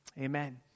Amen